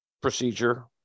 procedure